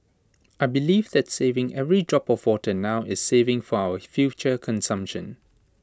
I believe that saving every drop of water now is saving for our future consumption